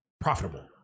profitable